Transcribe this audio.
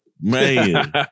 man